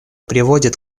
приводит